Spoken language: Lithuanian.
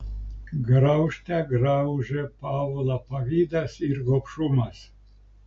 graužte graužė pavlą pavydas ir gobšumas